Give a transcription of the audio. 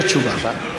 יש תשובה.